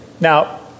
now